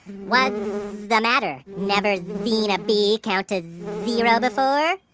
what's the matter? never seen a bee count to zero before?